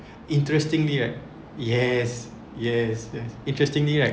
interestingly right yes yes that's interestingly right